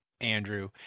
Andrew